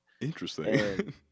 interesting